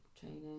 training